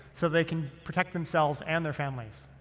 so they can protect themselves and their families.